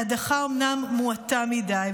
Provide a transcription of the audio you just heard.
ההדחה אומנם מועטה מדי,